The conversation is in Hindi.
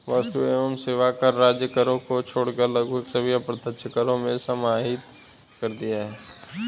वस्तु एवं सेवा कर राज्य करों को छोड़कर लगभग सभी अप्रत्यक्ष करों को समाहित कर दिया है